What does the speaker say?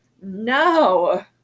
No